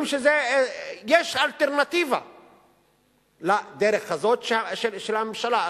יש אלטרנטיבה לדרך הזאת של הממשלה.